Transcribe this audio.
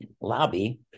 lobby